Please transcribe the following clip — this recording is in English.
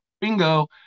bingo